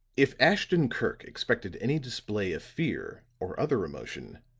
if ashton-kirk expected any display of fear or other emotion,